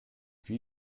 wie